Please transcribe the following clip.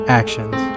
actions